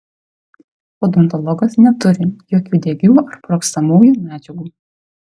odontologas neturi jokių degių ar sprogstamųjų medžiagų